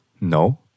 no